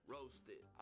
Roasted